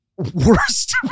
worst